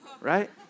Right